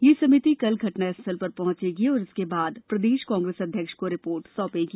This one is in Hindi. ये समिति कल घटना स्थल पर पहुंचेगी और इसके बाद प्रदेश कांग्रेस अध्यक्ष को रिपोर्ट सौंपेगी